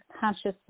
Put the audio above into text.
consciously